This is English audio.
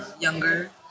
younger